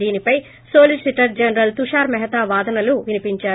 దీనిపై solicitor general Tushar Mehta వాదనలు వినిపించారు